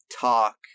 talk